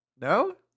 no